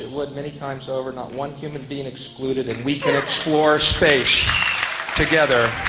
would many times over, not one human being excluded, and we can explore space together,